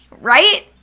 Right